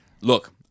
look